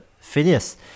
Phineas